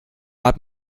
hat